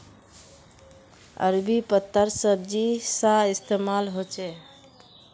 अरबी पत्तार सब्जी सा इस्तेमाल होछे